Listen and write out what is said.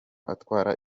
atwara